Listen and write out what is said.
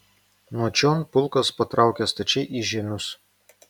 nuo čion pulkas patraukė stačiai į žiemius